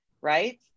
right